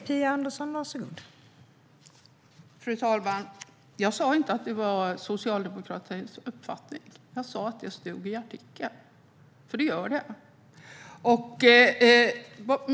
Fru talman! Jag sa inte att det var Socialdemokraternas uppfattning. Jag sa att det står så i artikeln, för det gör det.